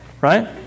Right